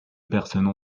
personnes